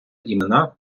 імена